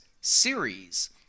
series